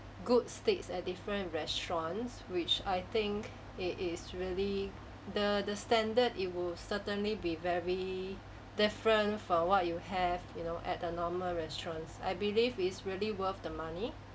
good steaks at different restaurants which I think it is really the the standard it will certainly be very different from what you have you know at a normal restaurants I believe it's really worth the money